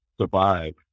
survive